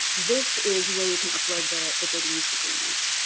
this is where you can upload the the data use agreement.